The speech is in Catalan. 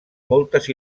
moltes